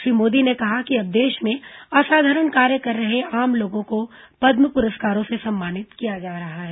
श्री मोदी ने कहा कि अब देश में असाधारण कार्य कर रहे आम लोगों को पदम पुरस्कारों से सम्मानित किया जा रहा है